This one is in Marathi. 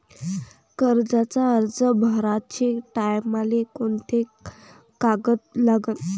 कर्जाचा अर्ज भराचे टायमाले कोंते कागद लागन?